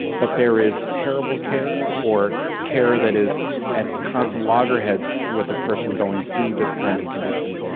but there is terrible care or care that is at constant loggerheads with a person going through this kind of condition,